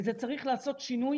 צריך לעשות שינוי